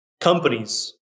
companies